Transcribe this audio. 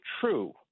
true